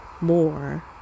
more